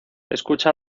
escucha